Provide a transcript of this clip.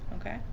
Okay